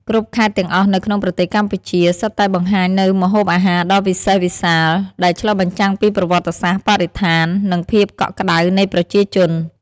គ្រប់ខេត្តទាំងអស់នៅក្នុងប្រទេសកម្ពុជា សុទ្ធតែបង្ហាញនូវម្ហូបអាហារដ៏វិសេសវិសាល ដែលឆ្លុះបញ្ចាំងពីប្រវត្តិសាស្ត្រ បរិស្ថាន និងភាពកក់ក្តៅនៃប្រជាជន។